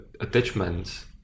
attachments